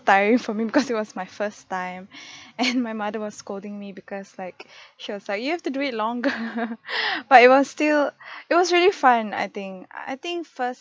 tiring for me because it was my first time and my mother was scolding me because like she was like you have to do it longer but it was still it was really fun I think I think first